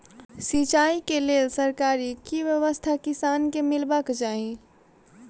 सिंचाई केँ लेल सरकारी की व्यवस्था किसान केँ मीलबाक चाहि?